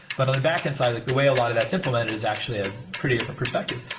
but on the backend side, like the way a lot of that's implemented is actually a pretty different perspective.